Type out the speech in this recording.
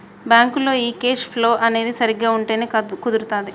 బ్యాంకులో ఈ cash flow అనేది సరిగ్గా ఉంటేనే కుదురుతాది